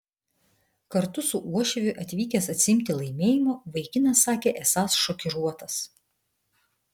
kartu su uošviu atvykęs atsiimti laimėjimo vaikinas sakė esąs šokiruotas